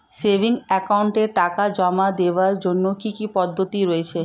Savings একাউন্টে টাকা জমা দেওয়ার জন্য কি কি পদ্ধতি রয়েছে?